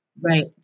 Right